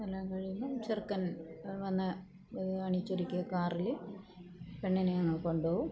അതെല്ലാം കഴിയുമ്പോൾ ചെറുക്കൻ വന്ന അണിയിച്ചൊരുക്കിയ കാറിൽ പെണ്ണിനെ അങ്ങ് കൊണ്ടുപോവും